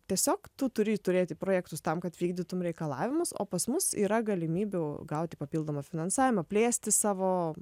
tiesiog tu turi turėti projektus tam kad vykdytum reikalavimus o pas mus yra galimybių gauti papildomą finansavimą plėsti savo